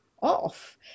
Off